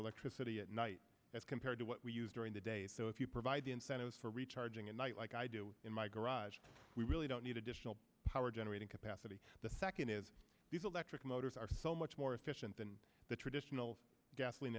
electricity at night as compared to what we use during the day so if you provide the incentives for recharging in night like i do in my garage we really don't need additional power generating capacity the second is these electric motors are so much more efficient than the traditional gasoline